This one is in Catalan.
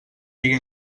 sigui